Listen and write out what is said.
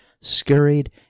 scurried